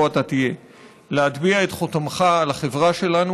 אתה תהיה להטביע את חותמך על החברה שלנו,